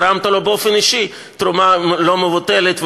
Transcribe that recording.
תרמת לו באופן אישי תרומה לא מבוטלת,